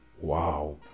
Wow